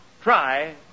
Try